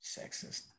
sexist